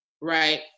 right